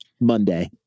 Monday